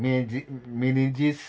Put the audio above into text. मेजी मिनेजीस